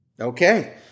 Okay